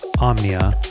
Omnia